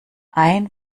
ein